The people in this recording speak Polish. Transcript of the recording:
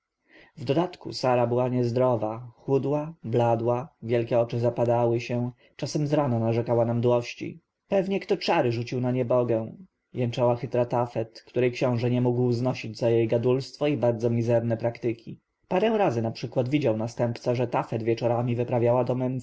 w dodatku sara była niezdrowa chudła bladła wielkie oczy zapadały się czasem z rana narzekała na mdłości pewnie kto czary rzucił na niebogę jęczała chytra tafet której książę nie mógł znosić za jej gadulstwo i bardzo mizerne praktyki parę razy naprzykład widział następca że tafet wieczorami wyprawiała do